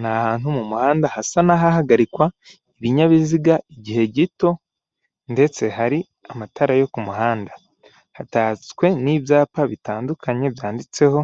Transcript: Ni ahantu mu muhanda hasa nahahagarikwa ibinyabiziga igihe gito ndetse hari amatara yo ku muhanda hatatswe n' ibyapa bitandukanye byanditseho